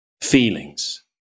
feelings